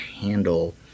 handle